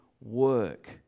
work